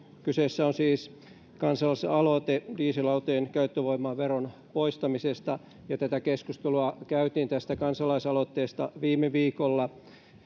kyseessä on siis kansalaisaloite dieselautojen käyttövoimaveron poistamisesta ja keskustelua käytiin tästä kansalaisaloitteesta viime viikolla